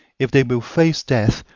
if they will face death,